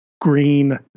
green